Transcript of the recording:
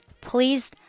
please